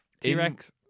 T-Rex